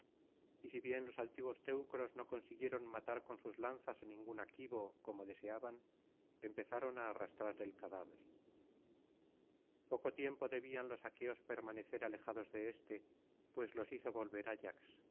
y si bien los altivos teucros no consiguieron matar con sus lanzas á ningún aquivo como deseaban empezaron á arrastrar el cadáver poco tiempo debían los aqueos permanecer alejados de éste pues los hizo volver ayax